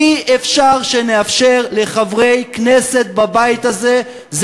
אי-אפשר שנאפשר לחברי כנסת בבית הזה,